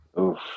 Oof